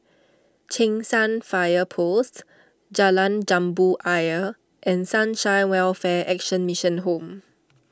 Cheng San Fire Post Jalan Jambu Ayer and Sunshine Welfare Action Mission Home